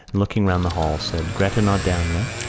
looking round the hall, said gretta not down yet